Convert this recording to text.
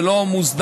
זה לא מוסדר.